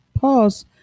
Pause